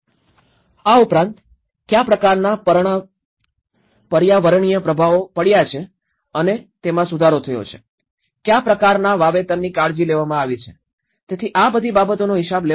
આ ઉપરાંત કયા પ્રકારનાં પર્યાવરણીય પ્રભાવો પડ્યા છે અને તેમાં સુધારો થયો છે કયા પ્રકારનાં વાવેતરની કાળજી લેવામાં આવી છે તેથી આ બધી બાબતોનો હિસાબ લેવામાં આવશે